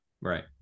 right